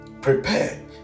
Prepare